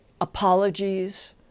apologies